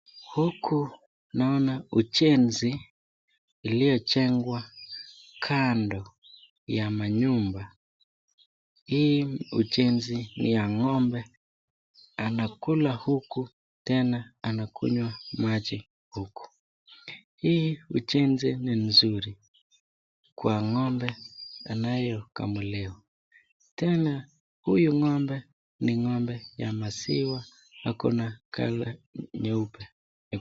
Huku naona ujenzi iliyochengwa kando ya manyumba , hii ujenzi ni ya ngo'mbe anakula huku tena anakunywa maji huku, hii ujenzi ni nzuri kwa ngo'mbe anayekamuliwa tena huyu ngo'mbe ni ngo'mbe ya maziwa akona kala nyeupe.